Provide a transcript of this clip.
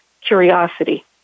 curiosity